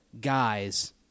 guys